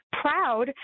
proud